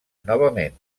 novament